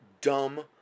dumb